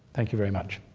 thank you very much.